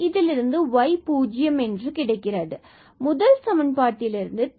இதிலிருந்து y பூஜ்ஜியம் கிடைக்கிறது மற்றும் முதல் சமன்பாட்டில் இருந்து நமக்கு 3x கிடைக்கிறது